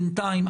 בינתיים,